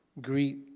Greet